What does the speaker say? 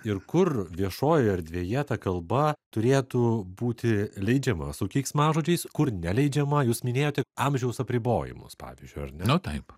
ir kur viešojoje erdvėje ta kalba turėtų būti leidžiama su keiksmažodžiais kur neleidžiama jūs minėjote amžiaus apribojimus pavyzdžiui ar ne nu taip